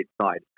side